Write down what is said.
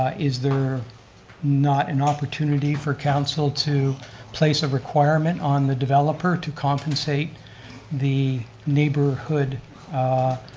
is there not an opportunity for council to place a requirement on the developer to compensate the neighborhood